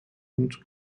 und